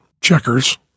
checkers